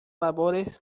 labores